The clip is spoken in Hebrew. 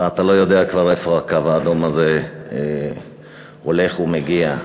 ואתה לא יודע כבר לאן הקו האדום הזה הולך ומגיע.